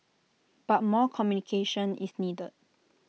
but more communication is needed